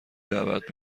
دعوت